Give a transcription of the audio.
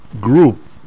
group